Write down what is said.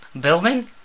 Building